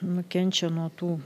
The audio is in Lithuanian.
nukenčia nuo tų